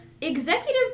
Executive